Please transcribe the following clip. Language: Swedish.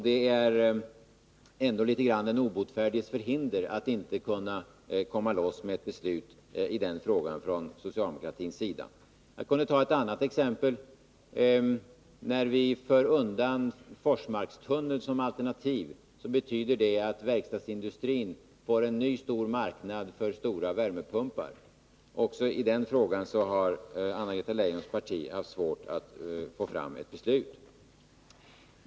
Det är ändå något av den obotfärdiges förhinder att man inte kan komma loss med ett beslut i den frågan från socialdemokraternas sida. Jag kan ta ett annat exempel. När vi tar bort Forsmarkstunneln som alternativ betyder det att verkstadsindustrin får en ny stor marknad för stora värmepumpar. Också i den frågan har Anna-Greta Leijons parti haft svårt att få fram ett beslut.